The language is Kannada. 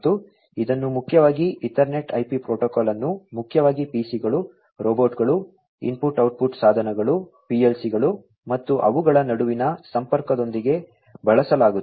ಮತ್ತು ಇದನ್ನು ಮುಖ್ಯವಾಗಿ ಈಥರ್ನೆಟ್ IP ಪ್ರೋಟೋಕಾಲ್ ಅನ್ನು ಮುಖ್ಯವಾಗಿ PC ಗಳು ರೋಬೋಟ್ಗಳು ಇನ್ಪುಟ್ ಔಟ್ಪುಟ್ ಸಾಧನಗಳು PLC ಗಳು ಮತ್ತು ಅವುಗಳ ನಡುವಿನ ಸಂಪರ್ಕದೊಂದಿಗೆ ಬಳಸಲಾಗುತ್ತದೆ